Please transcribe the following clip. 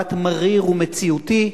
ובמבט מריר ומציאותי,